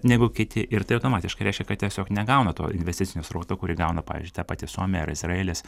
negu kiti ir tai automatiškai reiškia kad tiesiog negauna to investicinio srauto kurį gauna pavyzdžiui ta pati suomija ar izraelis